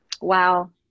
Wow